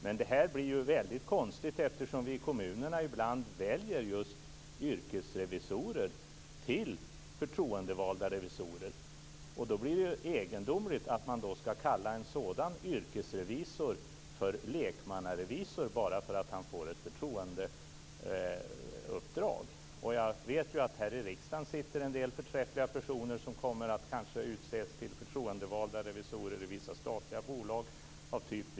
Men det här blir väldigt konstigt, eftersom vi i kommunerna ibland väljer just yrkesrevisorer till förtroendevalda revisorer. Då blir det egendomligt att kalla en sådan yrkesrevisor för lekmannarevisor bara för att han får ett förtroendeuppdrag. Jag vet att här i riksdagen sitter förträffliga personer som kanske kommer att utses till förtroendevalda revisorer i vissa statliga bolag, t.ex.